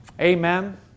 Amen